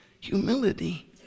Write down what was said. humility